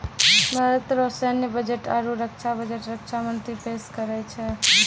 भारत रो सैन्य बजट आरू रक्षा बजट रक्षा मंत्री पेस करै छै